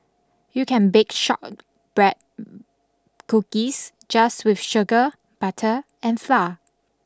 you can bake shortbread cookies just with sugar butter and flour